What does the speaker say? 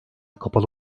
kapalı